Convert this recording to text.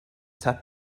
tuck